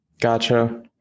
Gotcha